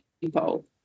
people